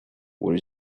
what